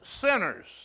sinners